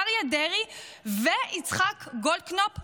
אריה דרעי ויצחק גולדקנופ ביחד,